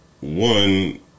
one